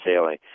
sailing